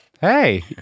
Hey